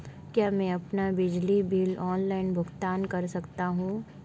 क्या मैं अपना बिजली बिल ऑनलाइन भुगतान कर सकता हूँ?